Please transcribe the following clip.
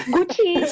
Gucci